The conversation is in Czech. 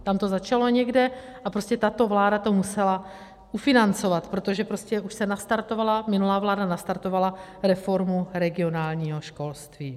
Tam to začalo někde a prostě tato vláda to musela ufinancovat, protože prostě už se nastartovala, minulá vláda nastartovala reformu regionálního školství.